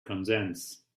consents